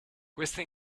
queste